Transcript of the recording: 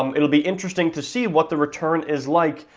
um it'll be interesting to see what the return is like,